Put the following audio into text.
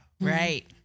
Right